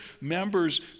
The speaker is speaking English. members